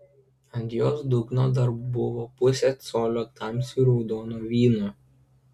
ant jos dugno dar buvo pusė colio tamsiai raudono vyno